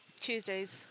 Tuesdays